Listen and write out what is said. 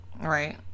Right